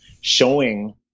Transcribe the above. showing